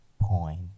point